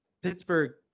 Pittsburgh